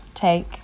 take